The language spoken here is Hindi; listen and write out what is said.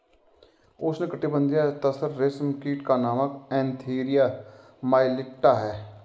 उष्णकटिबंधीय तसर रेशम कीट का नाम एन्थीरिया माइलिट्टा है